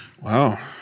Wow